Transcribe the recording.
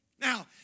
Now